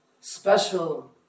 special